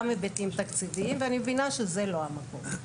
היבטים תקציביים ואני מבינה שזה לא המקום.